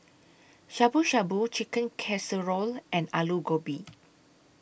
Shabu Shabu Chicken Casserole and Alu Gobi